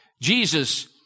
Jesus